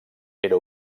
era